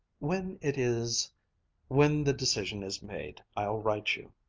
when it is when the decision is made, i'll write you.